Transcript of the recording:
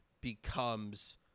becomes